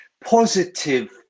positive